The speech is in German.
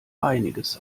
einiges